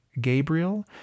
Gabriel